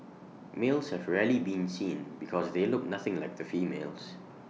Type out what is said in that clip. males have rarely been seen because they look nothing like the females